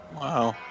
wow